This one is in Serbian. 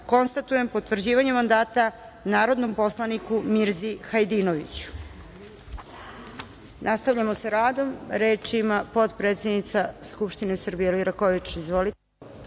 konstatujem potvrđivanje mandata narodnom poslaniku Mirzi Hajdinoviću. Nastavljamo